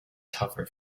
tougher